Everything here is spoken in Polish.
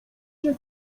cię